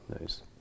nice